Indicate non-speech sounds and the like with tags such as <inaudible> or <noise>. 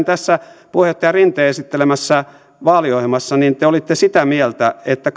<unintelligible> tässä puheenjohtaja rinteen esittelemässä vaaliohjelmassa te olitte sitä mieltä että <unintelligible>